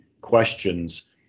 questions